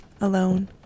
Alone